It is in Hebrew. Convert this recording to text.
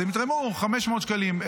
אז הם יתרמו 500 שקלים,